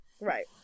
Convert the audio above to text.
Right